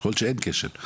יכול להיות שאין כשל.